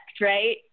right